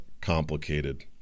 complicated